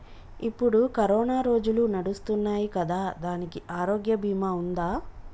ఇప్పుడు కరోనా రోజులు నడుస్తున్నాయి కదా, దానికి ఆరోగ్య బీమా ఉందా?